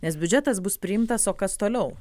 nes biudžetas bus priimtas o kas toliau